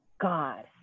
God